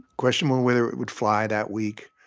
questionable whether it would fly that week.